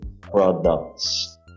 products